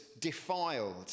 defiled